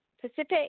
Pacific